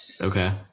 Okay